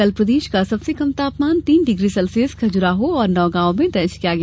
कल प्रदेश का सबसे कम तापमान तीन डिग्री सेल्सियस खजुराहो और नौगांव में दर्ज किया गया